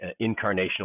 incarnational